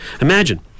Imagine